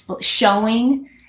showing